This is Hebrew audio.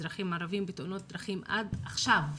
אזרחים ערבים, בתאונות דרכים עד עכשיו,